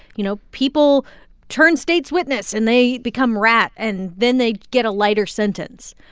you know, people turn state's witness and they become rat and then they get a lighter sentence.